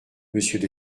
monsieur